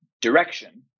direction